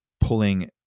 pulling